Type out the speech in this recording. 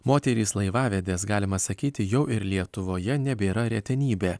moterys laivavedės galima sakyti jau ir lietuvoje nebėra retenybė